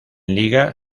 liga